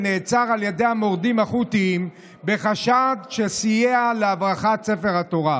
שנעצר על ידי המורדים החות'ים בחשד שסייע להברחת ספר התורה.